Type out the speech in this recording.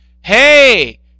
hey